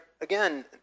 again